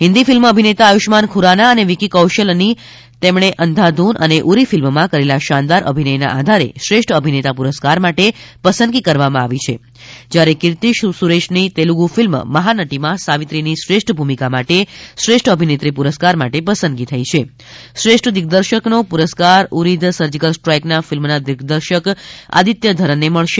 હિન્દી ફિલ્મના અભિનેતા આયુષ્યમાન ખુરાના અને વિક્કી કૌશલની તેમણે અંધાધૂન અને ઉરી ફિલ્મમાં કરેલા શાનદાર અભિનયના આધારે શ્રેષ્ઠ અભિનેતા પુરસ્કાર માટે પસંદગી કરવામાં આવી છે જ્યારે કિર્થી સુરેશની તેલુગુ ફિલ્મ મહાનતીમાં સાવિત્રીની શ્રેષ્ઠ ભુમિકા માટે શ્રેષ્ઠ અભિનેત્રી પુરસ્કાર માટે પસંદગી થઈ છ શ્રેષ્ઠ દિગ્દર્શકનો પુરસ્કાર ઉરી ધ સર્જિંકલ સ્ટ્રાઈક ફિલ્મના દિગ્દર્શક આદિત્ય ધારને મળશે